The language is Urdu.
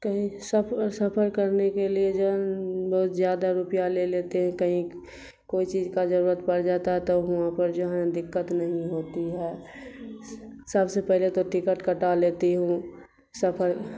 کہیں سفر کرنے کے لیے جو ہے بہت زیادہ روپیہ لے لیتے ہیں کہیں کوئی چیز کا ضرورت پڑ جاتا ہے تو وہاں پر جو ہے نا دقت نہیں ہوتی ہے سب سے پہلے تو ٹکٹ کٹا لیتی ہوں سفر